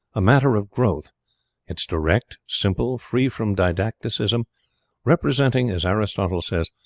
a matter of growth it is direct, simple, free from didacticism representing, as aristotle says,